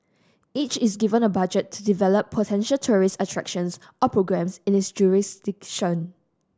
each is given a budget to develop potential tourist attractions or programmes in its jurisdiction